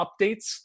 updates